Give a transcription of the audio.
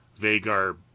Vagar